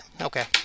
okay